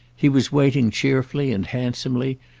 he was waiting cheerfully and handsomely,